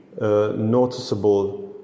noticeable